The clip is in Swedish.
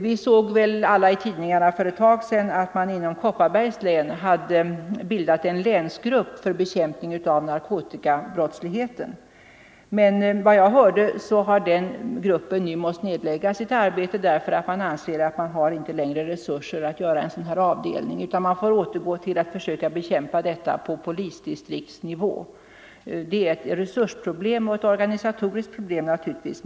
Vi såg väl alla i tidningarna för ett tag sedan att man inom Kopparbergs län hade bildat en länsgrupp för bekämpning av narkotikabrottsligheten. Men enligt vad jag hört har den gruppen nu måst lägga ned sitt arbete därför att man anser att man inte längre har resurser att göra en sådan här avdelning, utan man får återgå till att försöka bekämpa denna brottslighet på polisdistriktsnivå. Det här är ett resursproblem och ett organisatoriskt problem naturligtvis.